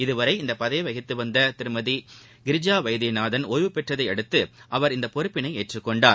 இதுவரை இப்பதவியை வகித்து வந்த திருமதி கிரிஜா வைத்தியநாதன் ஒய்வு பெற்றதை அடுத்து அவர் இப்பொறுப்பினை ஏற்றுக் கொண்டார்